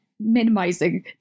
minimizing